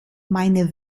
meine